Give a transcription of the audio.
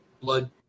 blood